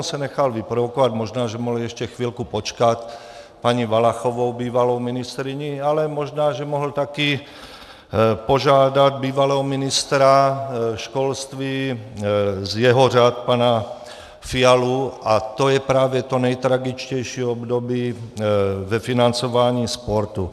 On se nechal vyprovokovat, možná, že mohl ještě chvilku počkat, paní Valachovou, bývalou ministryní, ale možná, že mohl taky požádat bývalého ministra školství z jeho řad pana Fialu, a to je právě to nejtragičtější období ve financování sportu.